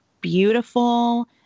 beautiful